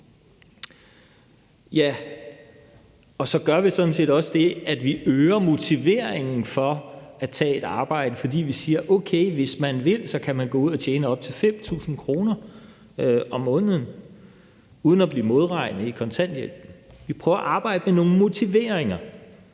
Så gør vi sådan set også det, at vi øger motivationen for at tage et arbejde, fordi vi siger, at okay, hvis man vil, kan man gå ud at tjene op til 5.000 kr. om måneden uden at blive modregnet i kontanthjælp. Vi prøver at arbejde med nogle motivationer,